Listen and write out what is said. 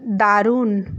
দারুণ